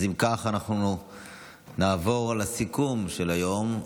אם כך, אנחנו נעבור לסיכום של היום.